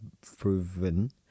proven